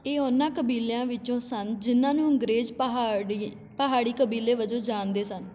ਇਹ ਉਨ੍ਹਾਂ ਕਬੀਲਿਆਂ ਵਿੱਚੋਂ ਸਨ ਜਿਨ੍ਹਾਂ ਨੂੰ ਅੰਗਰੇਜ਼ ਪਹਾੜੀ ਪਹਾੜੀ ਕਬੀਲੇ ਵਜੋਂ ਜਾਣਦੇ ਸਨ